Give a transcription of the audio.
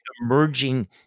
emerging